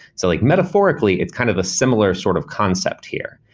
so like metaphorically, it's kind of a similar sort of concept here.